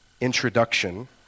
introduction